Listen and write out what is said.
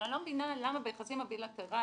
אבל אני לא מבינה למה ביחסים הבילטרליים,